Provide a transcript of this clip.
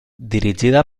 dirigida